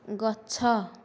ଗଛ